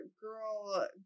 girl